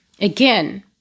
again